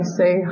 say